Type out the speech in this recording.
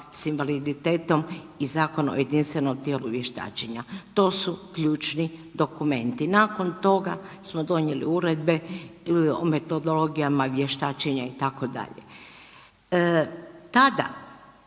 s invaliditetom i Zakon o jedinstvenom tijelu vještačenja, to su ključni dokumenti. Nakon toga smo donijeli Uredbe o metodologijama vještačenja itd. Tada,